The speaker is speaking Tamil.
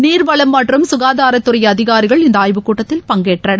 நீர்வளம் மற்றும் சுகாதாரத் துறை அதிகாரிகள் இந்த ஆய்வுக் கூட்டத்தில் பங்கேற்றனர்